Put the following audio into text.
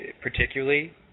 particularly